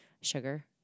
Sugar